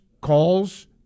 calls